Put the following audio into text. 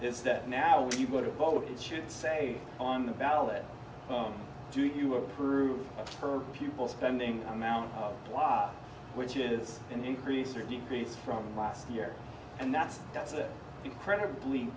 is that now when you go to vote it should say on the ballot do you approve of her pupil spending amount which is an increase or decrease from last year and that's that's an incredibly